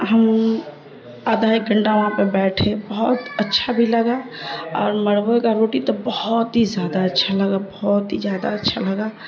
ہم آدھا ایک گھنٹہ وہاں پہ بیٹھے بہت اچھا بھی لگا اور مربے کا روٹی تو بہت ہی زیادہ اچھا لگا بہت ہی زیادہ اچھا لگا